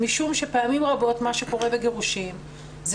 משום שפעמים רבות מה שקורה בגירושין זה